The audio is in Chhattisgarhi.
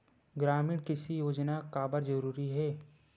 ग्रामीण कृषि योजना काबर जरूरी हे?